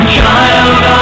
child